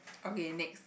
okay next